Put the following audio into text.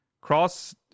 Cross